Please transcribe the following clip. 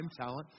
talent